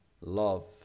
love